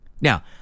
Now